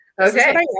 okay